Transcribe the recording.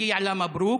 מגיע לה מברוכ.